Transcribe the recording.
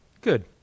good